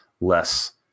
less